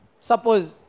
Suppose